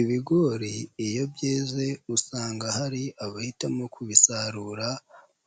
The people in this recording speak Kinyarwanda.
Ibigori iyo byeze usanga hari abahitamo kubisarura